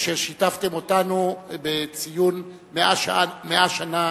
אשר שיתפתם אותנו בציון 100 שנה